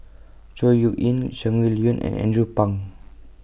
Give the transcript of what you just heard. Chor Yeok Eng Shangguan Liuyun and Andrew Phang